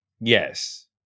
yes